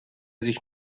sich